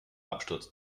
absturz